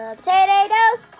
potatoes